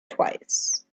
twice